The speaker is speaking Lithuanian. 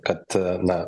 kad na